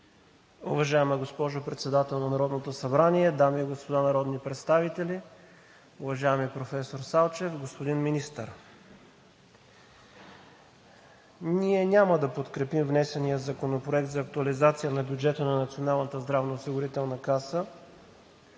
Уважаема госпожо Председател на Народното събрание, дами и господа народни представители, уважаеми професор Салчев, господин Министър! Ние няма да подкрепим внесения Законопроект за актуализация на бюджета на Националната здравноосигурителна каса